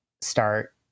start